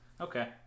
Okay